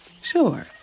Sure